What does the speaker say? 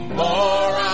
more